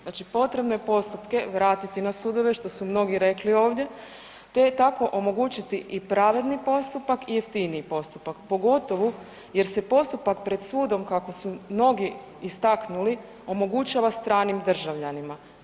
Znači, potrebno je postupke vratiti na sudove, što su mnogi rekli ovdje, te tako omogućiti i pravedni postupak i jeftiniji postupak, pogotovu jer se postupak pred sudom, kako su mnogi istaknuli, omogućava stranim državljanima.